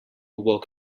work